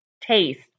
taste